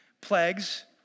plagues